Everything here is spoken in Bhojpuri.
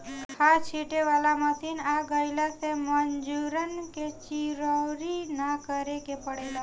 खाद छींटे वाला मशीन आ गइला से मजूरन के चिरौरी ना करे के पड़ेला